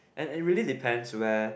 and and it really depends where